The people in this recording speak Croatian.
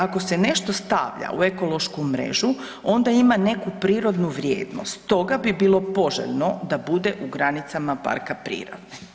Ako se nešto stavlja u ekološku mrežu onda ima neku prirodnu vrijednost, toga bi bilo poželjno da bude u granicama parka prirode.